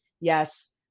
Yes